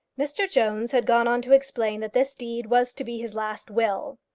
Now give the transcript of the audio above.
mr jones had gone on to explain that this deed was to be his last will.